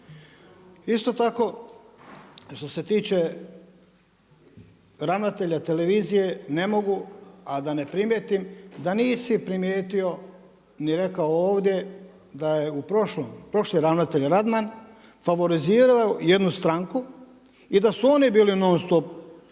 Isto tako što se tiče ravnatelja televizije ne mogu a da ne primijetim da nisi primijetio ni rekao ovdje da je u prošlom, prošli ravnatelj Radman favorizirao jednu stranku i da u oni bili non stop u žiži